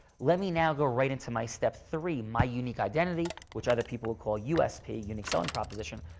let me now go right into my step three. my unique identity. which other people will call u s, pay unique selling proposition.